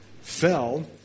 fell